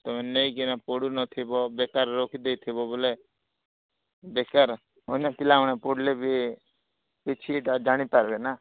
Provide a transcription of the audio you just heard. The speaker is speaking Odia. ତୁମେ ନେଇକିନା ପଢ଼ୁନଥିବ ବେକାରର ରଖି ଦେଇଥିବ ବୁଲେ ବେକାର ଅନ୍ୟ ପିଲାମାନେ ପଢ଼ିଲେ ବି କିଛିଟା ଜାଣିପାରିବେ ନା